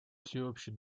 всеобщий